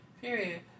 period